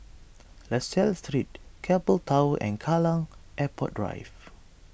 La Salle Street Keppel Towers and Kallang Airport Drive